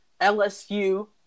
LSU